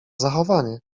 zachowanie